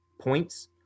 points